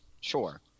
Sure